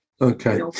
Okay